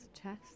chess